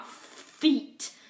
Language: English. feet